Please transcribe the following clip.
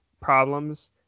problems